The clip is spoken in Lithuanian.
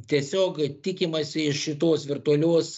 tiesiog tikimasi iš šitos virtualios